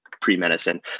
pre-medicine